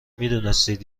میدونستید